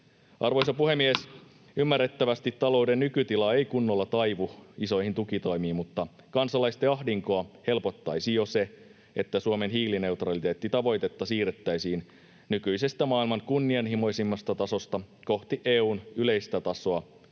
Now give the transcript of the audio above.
koputtaa] Ymmärrettävästi talouden nykytila ei kunnolla taivu isoihin tukitoimiin, mutta kansalaisten ahdinkoa helpottaisi jo se, että Suomen hiilineutraliteettitavoitetta siirrettäisiin nykyisestä maailman kunnianhimoisimmasta tasosta kohti EU:n yleistä tasoa, ja tämä